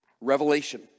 Revelation